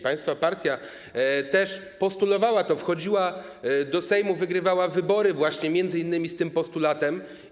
Państwa partia też postulowała to, wchodziła do Sejmu, wygrywała wybory właśnie m.in. z tym postulatem.